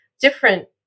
different